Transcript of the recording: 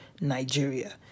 Nigeria